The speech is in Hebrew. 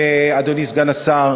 ואדוני סגן השר,